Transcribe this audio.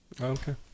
Okay